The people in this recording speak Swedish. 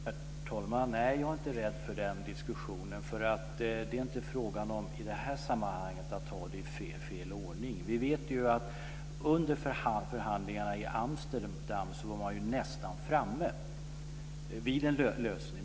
Herr talman! Nej, jag är inte rädd för den diskussionen. Det är i detta sammanhang inte fråga om att ta det i fel ordning. Vi vet ju att man under förhandlingarna i Amsterdam var nästan framme vid en lösning.